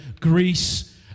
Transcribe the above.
Greece